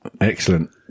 Excellent